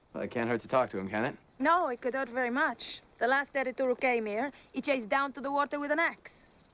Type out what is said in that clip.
can't hurt to talk to him, can it? no, it could hurt very much. the last editor who came here, he chased down to the water with an ax.